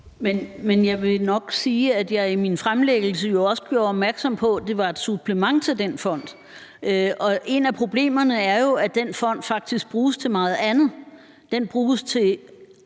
Men jeg vil jo nok sige, at jeg i min fremlæggelse også gjorde opmærksom på, at det var et supplement til den fond, og et af problemerne er jo, at den fond faktisk bruges til meget andet. Den bruges til